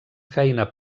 feina